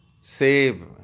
save